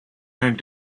going